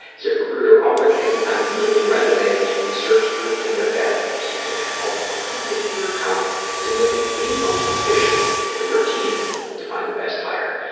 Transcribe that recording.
ziprecruiter already has nine million resumes you can search through in their database. you can add multiple people to your account to make it the most efficient for your team to find the best hire.